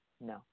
No